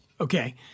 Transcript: Okay